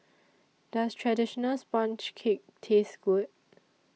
Does Traditional Sponge Cake Taste Good